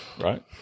Right